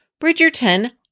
Bridgerton